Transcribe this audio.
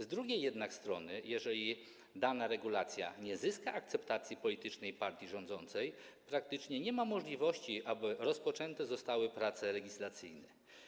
Z drugiej jednak strony, jeżeli dana regulacja nie zyska akceptacji politycznej partii rządzącej, praktycznie nie ma możliwości, aby zostały rozpoczęte prace legislacyjne.